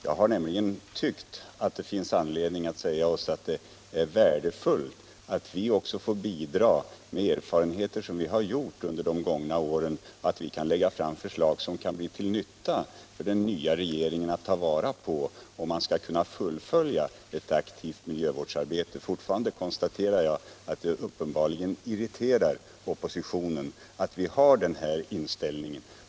Jag har tyckt att det finns anledning att säga att det är värdefullt att vi bidrar med erfarenheter som vi gjort under de gångna åren och att vi kan lägga fram förslag som kan bli till nytta för den nya regeringen, som den kan ta vara på om vi skall kunna fullfölja ett aktivt miljövårdsarbete. Fortfarande konstaterar jag att det uppenbarligen irriterar oppositionen att jag har den här inställningen.